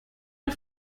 der